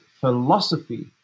philosophy